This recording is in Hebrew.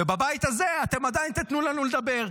ובבית הזה אתם עדיין תיתנו לנו לדבר,